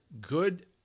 good